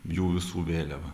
jų visų vėliava